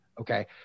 okay